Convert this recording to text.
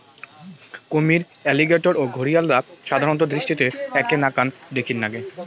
কুমীর, অ্যালিগেটর ও ঘরিয়ালরা সাধারণত দৃষ্টিতে এ্যাকে নাকান দ্যাখির নাগে